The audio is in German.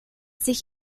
sich